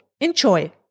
Enjoy